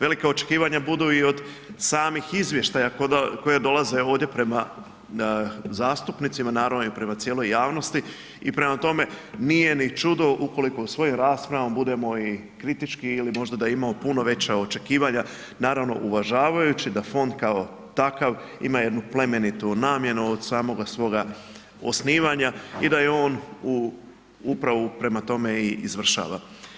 Velika očekivanja budu i od samih izvještaja koji dolaze ovdje prema zastupnicima, naravno i prema cijeloj javnosti i prema tome, nije ni čudo ukoliko u svojim raspravama budemo i kritički ili možda da imamo puno veća očekivanja, naravno, uvažavajući da Fond kao takav ima jednu plemenitu namjenu od samoga svoga osnivanja i da je on upravo prema tome i izvršava.